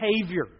behavior